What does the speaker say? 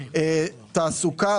תעסוקה,